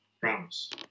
Promise